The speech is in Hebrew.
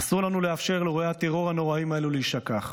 אסור לנו לאפשר לאירועי הטרור הנוראיים הללו להישכח.